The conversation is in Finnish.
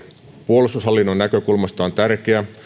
puolustushallinnon näkökulmasta on tärkeää